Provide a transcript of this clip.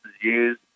use